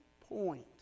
point